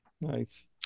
nice